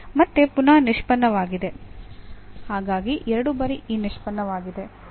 ಮತ್ತೆ ಪುನಃ ನಿಷ್ಪನ್ನವಾಗಿದೆ ಹಾಗಾಗಿ ಎರಡು ಬಾರಿ ಈ ನಿಷ್ಪನ್ನವಾಗಿದೆ